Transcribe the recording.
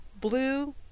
blue